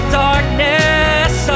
darkness